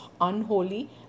unholy